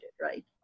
right